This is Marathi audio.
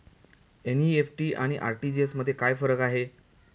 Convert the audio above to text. एन.इ.एफ.टी आणि आर.टी.जी.एस मध्ये काय फरक आहे?